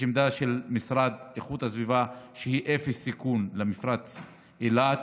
יש עמדה של המשרד לאיכות הסביבה שהיא אפס סיכון למפרץ אילת.